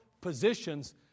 positions